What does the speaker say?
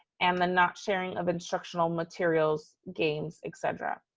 and the not sharing of instructional materials, games, et cetera.